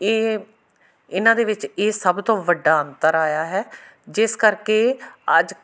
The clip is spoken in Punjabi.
ਇਹ ਇਹਨਾਂ ਦੇ ਵਿੱਚ ਇਹ ਸਭ ਤੋਂ ਵੱਡਾ ਅੰਤਰ ਆਇਆ ਹੈ ਜਿਸ ਕਰਕੇ ਅੱਜ